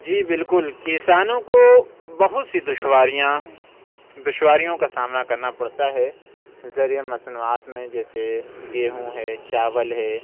جی بالکل کسانوں کو بہت سی دشواریاں دشواریوں کا سامنا کرنا پڑتا ہے ذریعے مسنوعات میں جیسے گیہوں ہے چاول ہے